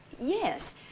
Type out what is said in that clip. Yes